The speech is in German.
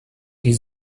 die